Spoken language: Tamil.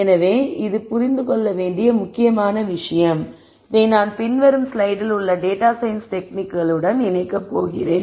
எனவே இது புரிந்து கொள்ள வேண்டிய முக்கியமான விஷயம் இதை நான் வரும் ஸ்லைடில் உள்ள டேட்டா சயின்ஸ் டெக்னிக்களுடன் இணைக்கப் போகிறேன்